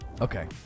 okay